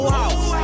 house